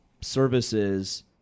services